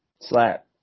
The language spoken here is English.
slap